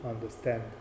understand